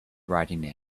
writing